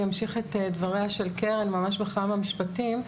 אני אמשיך את דבריה של קרן ממש בכמה משפטים.